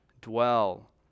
dwell